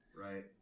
Right